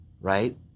right